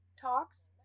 talks